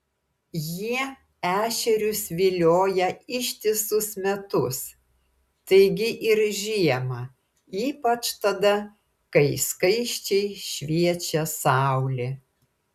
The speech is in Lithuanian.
jie ešerius vilioja ištisus metus taigi ir žiemą ypač tada kai skaisčiai šviečia saulė